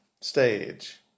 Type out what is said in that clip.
stage